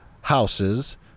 houses